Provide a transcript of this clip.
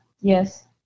yes